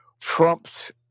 Trump's